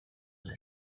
moto